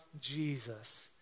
Jesus